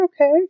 okay